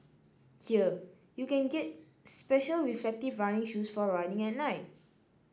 here you can get special reflective running shoes for running at night